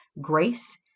grace